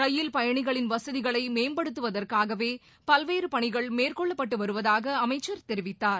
ரயில் பயணிகளின் வசதிகளை மேம்படுத்துவதற்காகவே பல்வேறு பணிகள் மேற்கொள்ளப்பட்டு வருவதாக அமைச்சர் தெரிவித்தார்